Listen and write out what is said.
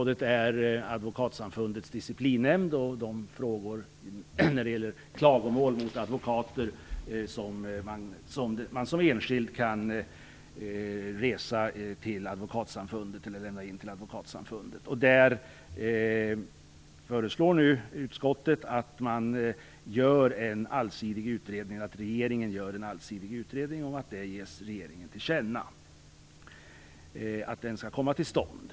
Det ena gäller klagomål mot advokater som enskilda kan lämna in till Advokatsamfundet. Utskottet föreslår att regeringen skall ges till känna ett önskemål om att en allsidig utredning skall komma till stånd.